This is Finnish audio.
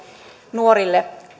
nuorille